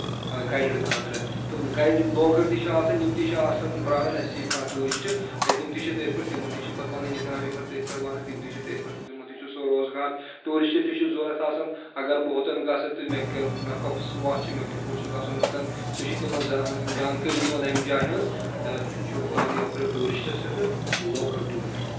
guided خٲطرٕ تہٕ یِم لوکل تہِ چھِ آسان یِم تہِ چھِ آسان پیاران اَسہِ یہِ کانٛہہ ٹوٗرِسٹ کیازِ یِم تہِ چھِ تٔتھۍ پؠٹھ تِمَن تہِ چھِ پَتہٕ پَنٕنۍ اِکنامی پؠٹھ تٔتھۍ پؠٹھ وَنان تِم تہِ چھِ تٔتھۍ پؠٹھ تِمن تہِ چھُ سُہ روزگار ٹوٗرِسٹ چھُ ضوٚرَتھ آسان اگر بہٕ ہُتَن گژھن تہٕ مےٚ مےٚ کۄپس وَتھ چھُ مےٚ کِتھ پٲٹھۍ چھُ گژھُن اوٚتَن سُہ چھُ تِمن جانکٲری دِوان امہِ جایہِ ہٕنٛز تہٕ چھُ فٲیدٕ یورٕ ٹوٗرِسٹَس تہِ تہٕ لوکَل ٹیوٗر گایڈس